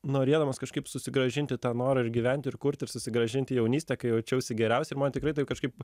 norėdamas kažkaip susigrąžinti tą norą ir gyventi ir kurti ir susigrąžinti jaunystę kai jaučiausi geriausiai ir man tikrai taip kažkaip